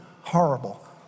horrible